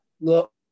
look